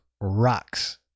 rocks